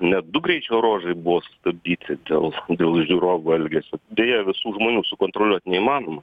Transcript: net du greičio ruožai buvo sustabdyti dėl dėl žiūrovų elgesio deja visų žmonių sukontroliuot neįmanoma